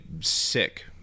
sick